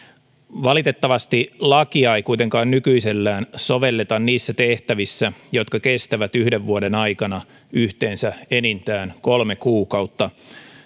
valitettavasti lakia ei kuitenkaan nykyisellään sovelleta niissä tehtävissä jotka kestävät yhden vuoden aikana yhteensä enintään kolme kuukautta